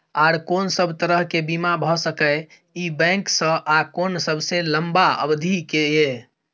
आर कोन सब तरह के बीमा भ सके इ बैंक स आ कोन सबसे लंबा अवधि के ये?